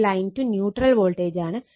ഇത് line to neutral വോൾട്ടേജാണ്